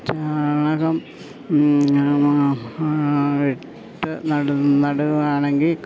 ചാണകം ചാണകമിട്ട് നട് നടുകയാണെങ്കിൽ